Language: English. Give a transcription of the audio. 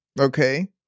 okay